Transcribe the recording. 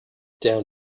down